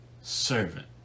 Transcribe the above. servant